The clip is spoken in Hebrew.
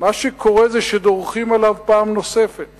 מה שקורה זה שדורכים עליו פעם נוספת